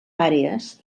àrees